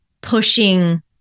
pushing